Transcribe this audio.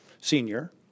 senior